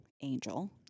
Angel